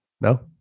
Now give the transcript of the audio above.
No